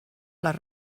les